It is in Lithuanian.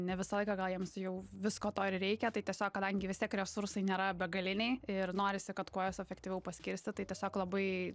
ne visą laiką gal jiems jau visko to ir reikia tai tiesiog kadangi vis tiek resursai nėra begaliniai ir norisi kad kuo juos efektyviau paskirstyt tai tiesiog labai